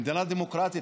במדינה דמוקרטית,